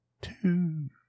two